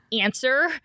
answer